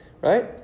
right